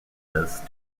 this